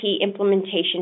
Implementation